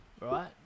right